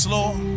Lord